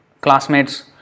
classmates